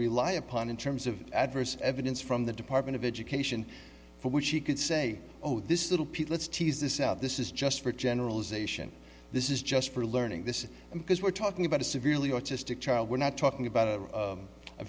rely upon in terms of adverse evidence from the department of education for which he could say oh this is little pete let's tease this out this is just for generalization this is just for learning this because we're talking about a severely autistic child we're not talking about